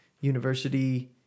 university